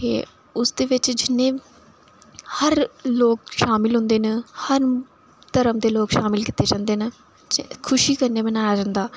एह् उसदे बिच जिन्ने बी हर लोक शामिल होंदे न हर धर्म दे लोक शामल कीते जंदे न खुशी कन्नै मनाया जंदा